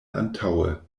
antaŭe